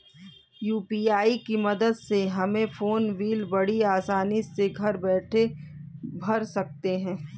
UPI की मदद से हम फ़ोन बिल बड़ी आसानी से घर बैठे भर सकते हैं